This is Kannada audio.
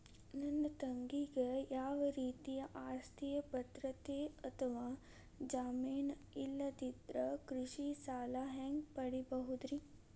ನನ್ನ ತಂಗಿಗೆ ಯಾವ ರೇತಿಯ ಆಸ್ತಿಯ ಭದ್ರತೆ ಅಥವಾ ಜಾಮೇನ್ ಇಲ್ಲದಿದ್ದರ ಕೃಷಿ ಸಾಲಾ ಹ್ಯಾಂಗ್ ಪಡಿಬಹುದ್ರಿ?